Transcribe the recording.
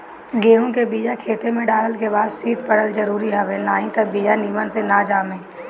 गेंहू के बिया खेते में डालल के बाद शीत पड़ल जरुरी हवे नाही त बिया निमन से ना जामे